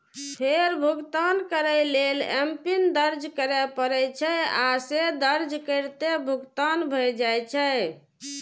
फेर भुगतान करै लेल एमपिन दर्ज करय पड़ै छै, आ से दर्ज करिते भुगतान भए जाइ छै